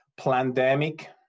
pandemic